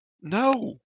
No